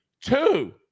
two